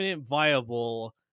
viable